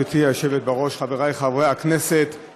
רבותיי, אנחנו עוברים להצעת